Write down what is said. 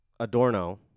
Adorno